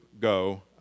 go